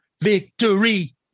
Victory